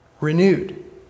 renewed